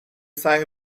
سنگ